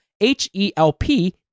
H-E-L-P